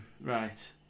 Right